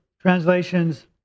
translations